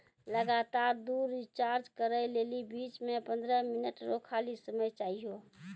लगातार दु रिचार्ज करै लेली बीच मे पंद्रह मिनट रो खाली समय चाहियो